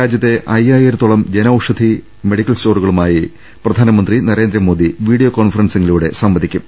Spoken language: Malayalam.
രാജ്യത്തെ അയ്യായിരത്തോളം ജനൌഷധി മെഡിക്കൽ സ്റ്റോറുകളുമായി പ്രധാനമന്ത്രി നരേന്ദ്രമോദി വീഡിയോ കോൺഫറൻസിങിലൂടെ സംവ ദിക്കും